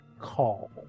call